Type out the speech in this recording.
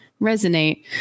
resonate